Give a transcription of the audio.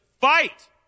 fight